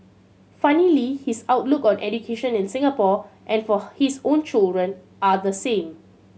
funnily his outlook on education in Singapore and for his own children are the same